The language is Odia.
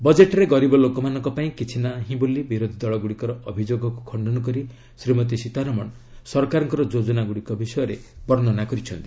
ବଜେଟ୍ରେ ଗରିବ ଲୋକମାନଙ୍କ ପାଇଁ କିଛି ନାହିଁ ବୋଲି ବିରୋଧୀ ଦଳଗୁଡ଼ିକର ଅଭିଯୋଗକୁ ଖଣ୍ଡନ କରି ଶ୍ରୀମତୀ ସୀତାରମଣ ସରକାରଙ୍କର ଯୋଜନାଗୁଡ଼ିକ ବିଷୟରେ ବର୍ଣ୍ଣନା କରିଛନ୍ତି